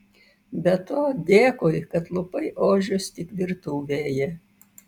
be to dėkui kad lupai ožius tik virtuvėje